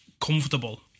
comfortable